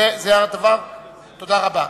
תודה רבה.